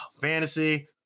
fantasy